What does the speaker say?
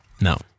No